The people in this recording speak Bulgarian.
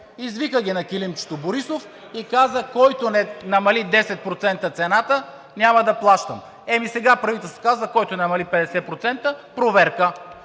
Извика ги на килимчето Борисов и каза: който не намали с 10% цената, няма да плащаме. Еми сега правителството казва, който намали 50%, проверка.